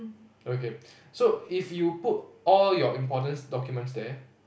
okay so if you put all your important documents there